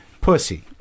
Pussy